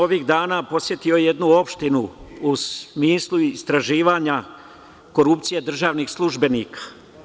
Ovih dana sam posetio jednu opštinu u smislu istraživanja korupcije državnih službenika.